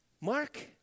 Mark